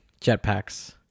jetpacks